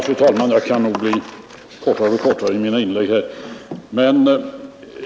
Fru talman! Jag kan nog fatta mig kortare och kortare i mina inlägg här.